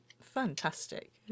Fantastic